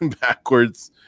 backwards